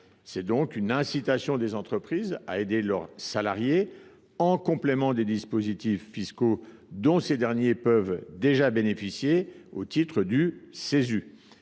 s’agit donc d’une incitation permettant aux entreprises d’aider leurs salariés, en complément des dispositifs fiscaux dont ces derniers peuvent déjà bénéficier au titre du